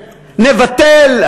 נבטל,